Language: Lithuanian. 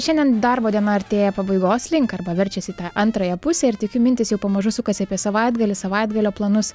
šiandien darbo diena artėja pabaigos link arba verčiasi į tą antrąją pusę ir tikiu mintys jau pamažu sukasi apie savaitgalį savaitgalio planus